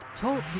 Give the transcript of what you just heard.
Talk